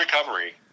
Recovery